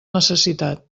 necessitat